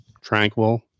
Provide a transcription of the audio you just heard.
tranquil